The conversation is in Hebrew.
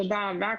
תודה רבה.